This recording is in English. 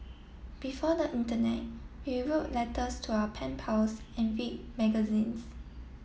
before the internet we wrote letters to our pen pals and read magazines